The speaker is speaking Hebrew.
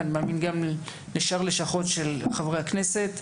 ואני מאמין גם לשאר לשכות של חברי הכנסת.